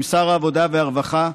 עם שר העבודה והרווחה,